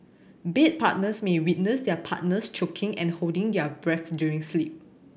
bed partners may witness their partners choking and holding their breath during sleep